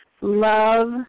Love